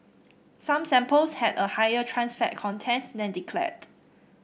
some samples had a higher trans fat content than declared